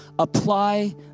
Apply